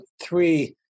three